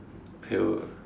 pail ah